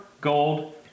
gold